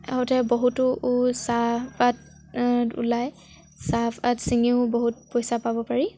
আহোঁতে বহুতো চাহপাত ওলায় চাহপাত ছিঙিও বহুত পইচা পাব পাৰি